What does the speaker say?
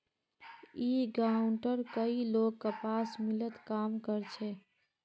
ई गांवउर कई लोग कपास मिलत काम कर छे